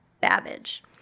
Babbage